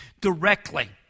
directly